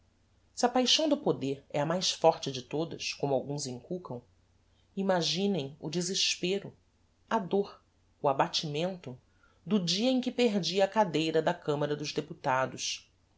se a paixão do poder é a mais forte de todas como alguns inculcam imaginem o desespero a dôr o abatimento do dia em que perdi a cadeira da camara dos deputados